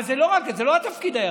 אבל, זה לא התפקיד היחיד.